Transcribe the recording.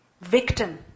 Victim